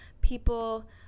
people